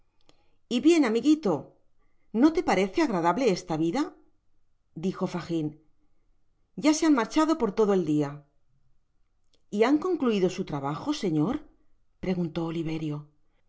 y bien amigito no te parece agradable esta vida dijo fagin ya se han marchado por todo el dia y han concluido su trabajo señor preguntó oliverio